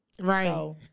Right